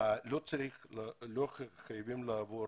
לא חייבים לעבור